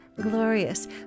glorious